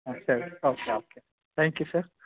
ಹಾಂ ಸರಿ okay okay thank you sir